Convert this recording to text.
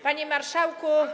Panie Marszałku!